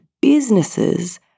businesses